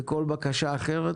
וכל בקשה אחרת,